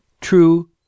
true